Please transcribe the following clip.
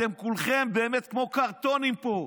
אתם כולכם באמת כמו קרטונים פה.